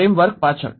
framework પાછળ